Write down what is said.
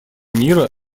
мира